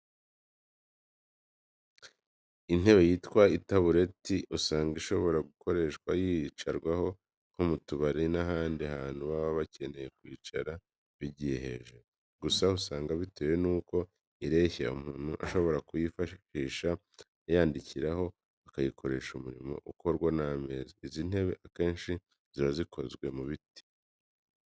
Intebe yitwa itabureti, usanga ishobora gukoreshwa yicarwaho nko mu tubari n'ahandi abantu baba bakeneye kwicara bigiye hejuru, gusa usanga bitewe n'uko ireshya umuntu ashobora kuyifashisha ayandikiraho, akayikoresha umurimo ukorwa n'ameza. Izi ntebe akenshi ziba zikozwe mu biti.